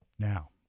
Now